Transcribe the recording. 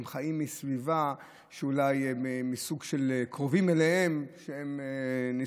הם חיים בסביבה אולי עם סוג של קרובים אליהם שנסחפים,